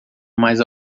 mais